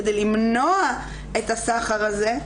כדי למנוע את הסחר הזה,